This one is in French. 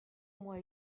mois